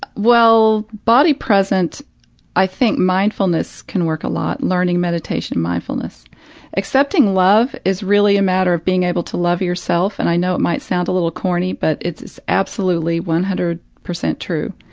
well, body-present i think mindfulness can work a lot, learning meditation, mindfulness accepting love is really a matter of being able to love yourself and i know it might sound a little corny, but it is absolutely one hundred percent true,